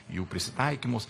jų prisitaikymus